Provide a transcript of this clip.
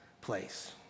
place